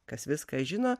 kas viską žino